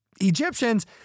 Egyptians